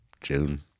june